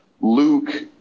Luke